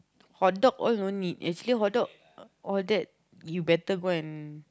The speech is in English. hot dog all no need actually hot dog all that you better go and